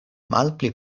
malpli